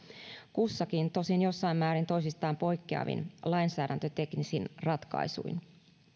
kussakin tosin jossain määrin toisistaan poikkeavin lainsäädäntöteknisin ratkaisuin